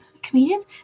comedians